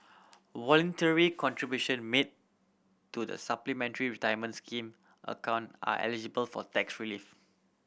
voluntary contribution made to the Supplementary Retirement Scheme account are eligible for tax relief